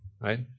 right